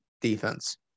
defense